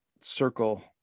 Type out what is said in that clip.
circle